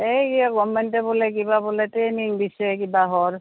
এই কিয়ে গৱৰ্ণমেণ্টে বোলে কিবা বোলে ট্ৰেইনিং দিছে কিবা হোৰ